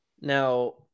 Now